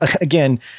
again